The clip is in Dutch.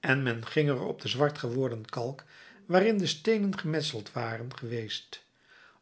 en men ging er op de zwart geworden kalk waarin de steenen gemetseld waren geweest